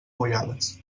mullades